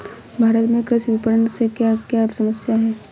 भारत में कृषि विपणन से क्या क्या समस्या हैं?